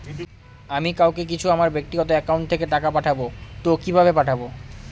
আমি কাউকে কিছু আমার ব্যাক্তিগত একাউন্ট থেকে টাকা পাঠাবো তো কিভাবে পাঠাবো?